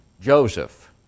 Joseph